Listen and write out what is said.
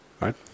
right